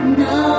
no